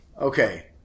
Okay